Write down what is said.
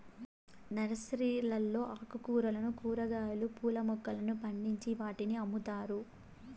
నర్సరీలలో ఆకుకూరలను, కూరగాయలు, పూల మొక్కలను పండించి వాటిని అమ్ముతారు